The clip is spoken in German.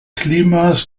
klimas